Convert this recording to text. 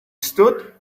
stood